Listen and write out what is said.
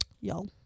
y'all